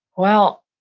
well,